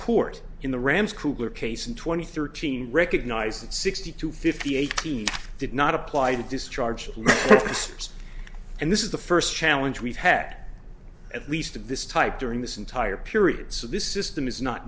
court in the rams kugler case and twenty thirteen recognize that sixty two fifty eight did not apply the discharge papers and this is the first challenge we've had at least of this type during this entire period so this system is not